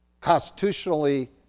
Constitutionally